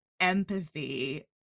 empathy